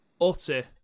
Utter